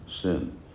sin